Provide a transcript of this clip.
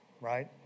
right